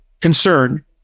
concern